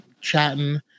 Chatting